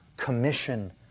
commission